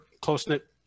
close-knit